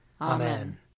Amen